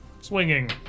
swinging